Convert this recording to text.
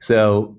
so